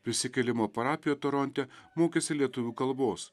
prisikėlimo parapijoj toronte mokėsi lietuvių kalbos